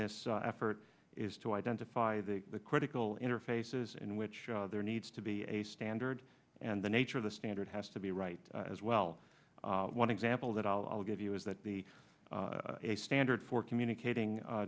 this effort is to identify the critical interfaces in which there needs to be a standard and the nature of the standard has to be right as well one example that i'll give you is that be a standard for communicating